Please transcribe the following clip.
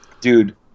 Dude